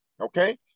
okay